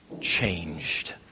changed